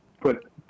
put